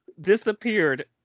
disappeared